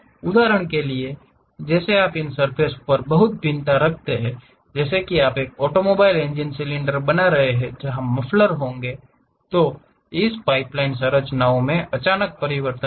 उदाहरण के लिए जैसे आप इन सर्फ़ेस पर बहुत भिन्नता रखते हैं जैसे कि आप एक ऑटोमोबाइल इंजन सिलेंडर बना रहे हैं जहाँ मफलर होंगे तो इस पाइपलाइन संरचनाओं में अचानक परिवर्तन होगा